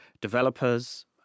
developers